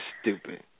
stupid